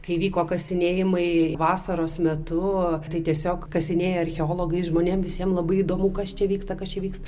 kai vyko kasinėjimai vasaros metu tai tiesiog kasinėja archeologai žmonėm visiem labai įdomu kas čia vyksta kas čia vyksta